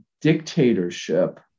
dictatorship